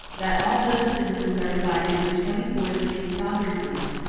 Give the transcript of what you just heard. that although the citizens are divided into twenty-four distinct sovereignties,